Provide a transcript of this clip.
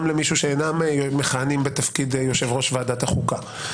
למי שאינם מכהנים בתפקיד יושב-ראש ועדת החוקה.